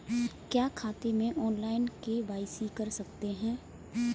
क्या खाते में ऑनलाइन के.वाई.सी कर सकते हैं?